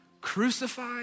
Crucified